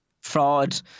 fraud